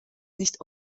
nicht